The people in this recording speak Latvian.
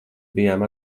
bijām